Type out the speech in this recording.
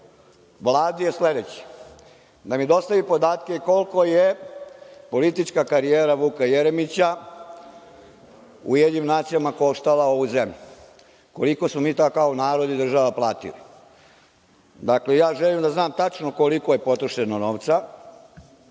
Vladi je sledeće. Da mi dostavi podatke koliko je politička karijera Vuka Jeremića u UN koštala ovu zemlju? Koliko smo mi to kao narod i država platili? Dakle, ja želim da znam tačno koliko je potrošeno novca